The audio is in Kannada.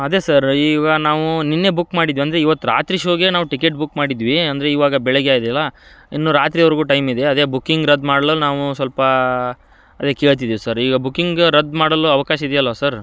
ಅದೇ ಸರ್ ಈಗ ನಾವು ನಿನ್ನೆ ಬುಕ್ ಮಾಡಿದ್ದಿವಿ ಅಂದರೆ ಇವತ್ತು ರಾತ್ರಿ ಶೋಗೆ ನಾವು ಟಿಕೆಟ್ ಬುಕ್ ಮಾಡಿದ್ದಿವಿ ಅಂದರೆ ಇವಾಗ ಬೆಳಗ್ಗೆ ಇದ್ಯಲ್ಲ ಇನ್ನು ರಾತ್ರಿವರೆಗು ಟೈಮ್ ಇದೆ ಅದೇ ಬುಕ್ಕಿಂಗ್ ರದ್ದು ಮಾಡಲು ನಾವು ಸ್ವಲ್ಪ ಅದೇ ಕೇಳ್ತಿದ್ದೀವಿ ಸರ್ ಈಗ ಬುಕಿಂಗ್ ರದ್ದು ಮಾಡಲು ಅವಕಾಶ ಇದೆಯಲ್ವಾ ಸರ್